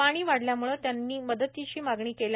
पाणी वाढल्यामुळे त्यांनी मदतीसाठी मागणी केली